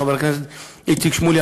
חבר הכנסת איציק שמולי,